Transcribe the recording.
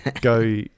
go